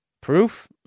Proof